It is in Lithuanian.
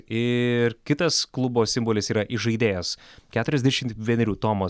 ir kitas klubo simbolis yra įžaidėjas keturiasdešimt vienerių tomas